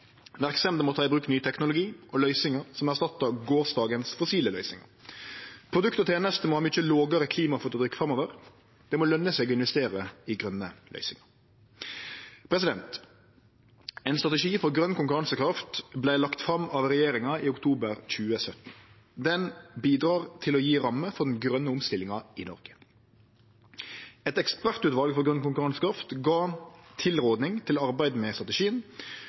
Verksemder må ta i bruk ny teknologi og løysingar som erstattar gårsdagens fossile løysingar. Produkt og tenester må ha mykje lågare klimafotavtrykk framover, det må løne seg å investere i grøne løysingar. Ein strategi for grøn konkurransekraft vart lagd fram av regjeringa i oktober 2017. Den bidreg til å gje rammer for den grøne omstillinga i Noreg. Eit ekspertutval for grøn konkurransekraft gav tilråding til arbeidet med strategien.